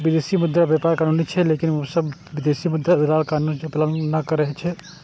विदेशी मुद्रा व्यापार कानूनी छै, लेकिन सब विदेशी मुद्रा दलाल कानूनक पालन नै करै छै